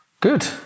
Good